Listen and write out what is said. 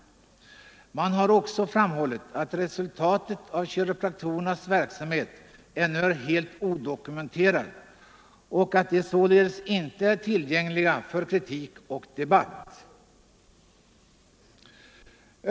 Man har också framhållit att resultaten av kiropraktorernas verksamhet ännu är helt odokumenterade och att de således inte är tillgängliga för kritik och debatt.